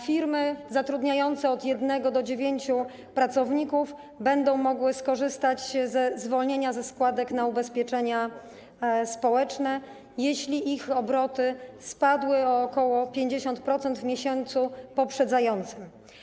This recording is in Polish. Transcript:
Firmy zatrudniające od jednego do dziewięciu pracowników będą mogły skorzystać ze zwolnienia ze składek na ubezpieczenia społeczne, jeśli ich obroty spadły o ok. 50% w miesiącu poprzedzającym.